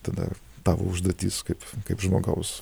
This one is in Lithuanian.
tada tavo užduotis kaip kaip žmogaus